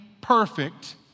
perfect